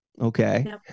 okay